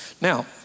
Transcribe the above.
Now